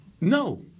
no